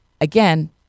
again